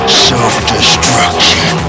self-destruction